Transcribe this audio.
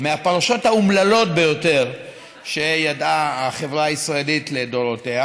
הפרשות האומללות ביותר שידעה החברה הישראלית לדורותיה,